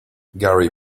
gary